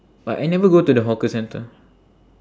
but I never go to the hawker centre